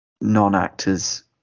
non-actors